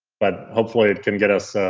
but hopefully it can get us